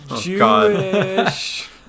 Jewish